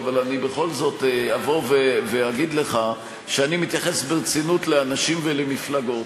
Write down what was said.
אבל אני בכל זאת אבוא ואגיד לך שאני מתייחס ברצינות לאנשים ולמפלגות,